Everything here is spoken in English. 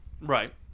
Right